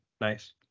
nice